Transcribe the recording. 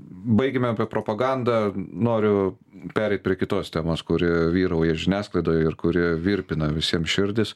baigiame apie propagandą noriu pereit prie kitos temos kuri vyrauja žiniasklaidoj ir kurie virpina visiem širdis